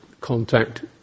contact